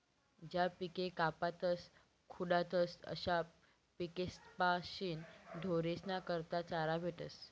ज्या पिके कापातस खुडातस अशा पिकेस्पाशीन ढोरेस्ना करता चारा भेटस